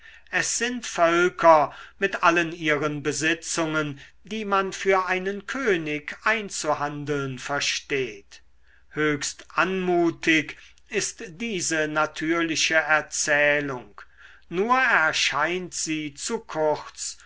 es sind völker mit allen ihren besitzungen die man für einen könig einzuhandeln versteht höchst anmutig ist diese natürliche erzählung nur erscheint sie zu kurz